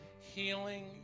healing